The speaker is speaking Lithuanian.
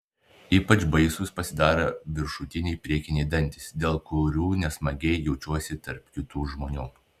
ypač baisūs pasidarė viršutiniai priekiniai dantys dėl kurių nesmagiai jaučiuosi tarp kitų žmonių